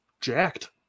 Jacked